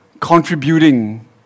contributing